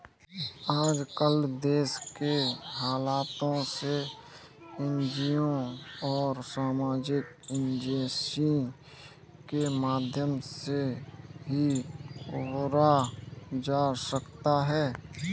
आजकल देश के हालातों से एनजीओ और सामाजिक एजेंसी के माध्यम से ही उबरा जा सकता है